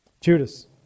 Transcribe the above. Judas